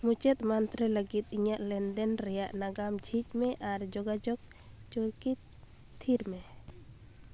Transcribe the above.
ᱢᱩᱪᱟᱹᱫ ᱢᱟᱱᱛᱷᱨᱮ ᱞᱟᱹᱜᱤᱫ ᱤᱧᱟᱹᱜ ᱞᱮᱱᱫᱮᱱ ᱨᱮᱭᱟᱜ ᱱᱟᱜᱟᱢ ᱡᱷᱤᱡᱽ ᱢᱮ ᱟᱨ ᱡᱳᱜᱟᱡᱳᱜᱽ ᱪᱳᱣᱠᱤ ᱛᱷᱤᱨ ᱢᱮ